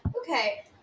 Okay